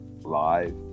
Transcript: live